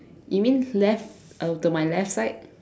you mean left uh to my left side